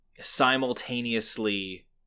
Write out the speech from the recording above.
simultaneously